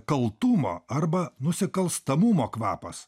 kaltumo arba nusikalstamumo kvapas